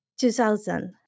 2000